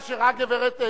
שכל אחד ידבר פחות,